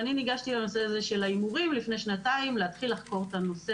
וניגשתי לנושא ההימורים לפני שנתיים כדי להתחיל לחקור את הנושא